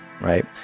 right